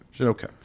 Okay